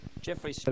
Jeffrey